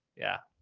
yeah.